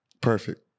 Perfect